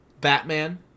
batman